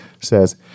says